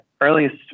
earliest